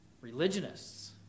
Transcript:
religionists